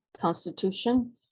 constitution